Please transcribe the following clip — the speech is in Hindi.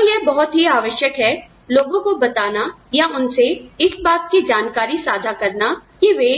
तो यह बहुत ही आवश्यक है लोगों को बताना या उनसे इस बात की जानकारी साझा करना कि वे